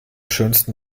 schönsten